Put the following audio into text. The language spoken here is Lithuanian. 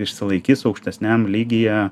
išsilaikys aukštesniam lygyje